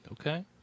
okay